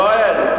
יואל,